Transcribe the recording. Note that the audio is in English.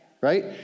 right